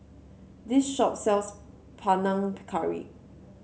this shop sells Panang Curry